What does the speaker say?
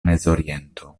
mezoriento